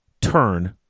turn